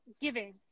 giving